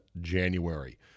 January